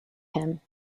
him